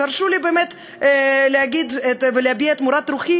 הרשו לי באמת להגיד ולהביע את מורת רוחי